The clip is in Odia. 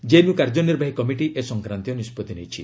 ଜେଏନ୍ୟୁ କାର୍ଯ୍ୟନିର୍ବାହୀ କମିଟି ଏ ସଂକ୍ରାନ୍ତୀୟ ନିଷ୍ପଭି ନେଇଛି